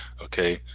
Okay